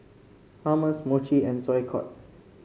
Hummus Mochi and Sauerkraut